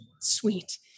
Sweet